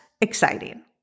exciting